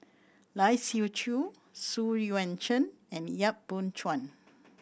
Lai Siu Chiu Xu Yuan Zhen and Yap Boon Chuan